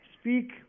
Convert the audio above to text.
speak